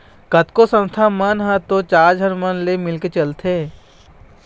कतको संस्था मन ह तो चार झन मन ले मिलके चलथे